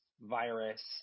virus